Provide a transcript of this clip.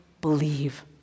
believe